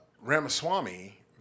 Ramaswamy